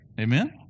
Amen